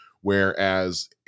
whereas